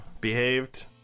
behaved